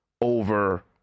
over